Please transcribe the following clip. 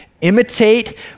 Imitate